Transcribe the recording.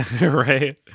Right